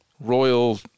royal